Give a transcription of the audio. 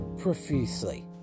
profusely